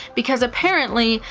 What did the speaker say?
because apparently,